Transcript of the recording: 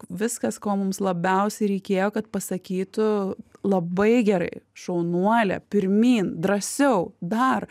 viskas ko mums labiausiai reikėjo kad pasakytų labai gerai šaunuolė pirmyn drąsiau dar